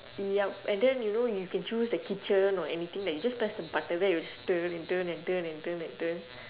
yup and then you know you can choose the kitchen or anything like you just press the button then you'll straightaway turn and turn and turn and turn